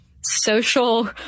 social